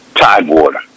Tidewater